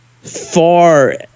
far